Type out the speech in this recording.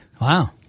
Wow